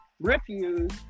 refuse